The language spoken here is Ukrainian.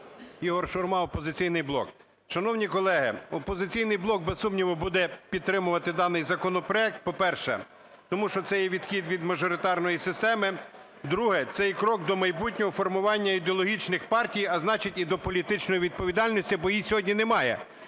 Ігор Шурма, "Опозиційний блок". Шановні колеги, "Опозиційний блок" без сумніву буде підтримувати даний законопроект, по-перше, тому що це є відхід від мажоритарної системи. Друге: це є крок до майбутнього формування ідеологічних партій, а значить, і до політичної відповідальності, бо її сьогодні немає.